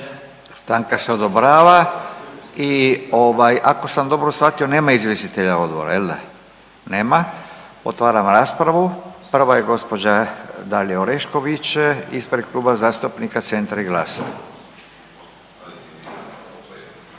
Stanka se odobrava i ovaj, ako sam dobro shvatio, nema izvjestitelja odbora, je l' da? Nema. Otvaram raspravu. Prva je gđa. Dalija Orešković ispred Kluba zastupnika Centra i GLAS-a.